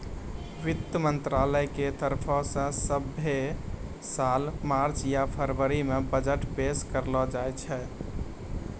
वित्त मंत्रालय के तरफो से सभ्भे साल मार्च या फरवरी मे बजट पेश करलो जाय छै